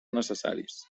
necessaris